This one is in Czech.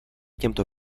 těmto